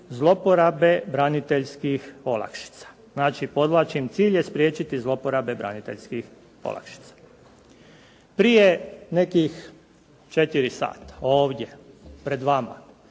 zlouporabe braniteljskih olakšica. Znači, podvlačim cilj je spriječiti zlouporabe braniteljskih olakšica. Prije nekih 4 sata ovdje pred vama